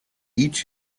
each